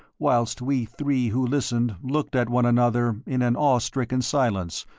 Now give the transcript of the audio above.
whilst we three who listened looked at one another in an awestricken silence,